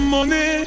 Money